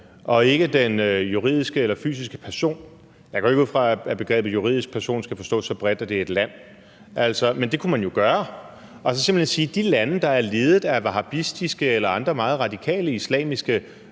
og ikke den juridiske eller fysiske person, for jeg går ikke ud fra, at begrebet juridisk person skal forstås så bredt, at det er et land. Det kunne man jo gøre. Man kunne simpelt hen sige, at for de lande, der er ledet af wahabisme eller andre meget radikale islamiske